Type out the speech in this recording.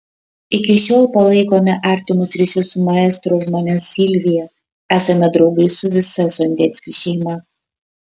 iki šiol palaikome artimus ryšius su maestro žmona silvija esame draugai su visa sondeckių šeima